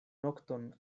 nokton